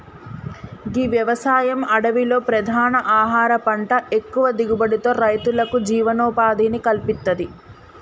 గీ వ్యవసాయం అడవిలో ప్రధాన ఆహార పంట ఎక్కువ దిగుబడితో రైతులకు జీవనోపాధిని కల్పిత్తది